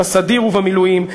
בסדיר ובמילואים,